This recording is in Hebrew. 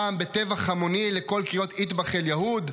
פעם בטבח המוני לקול קריאות "אטבח אל-יהוד"